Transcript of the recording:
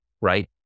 right